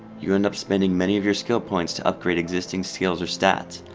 you end up spending many of your skill points to upgrade existing skills or stats.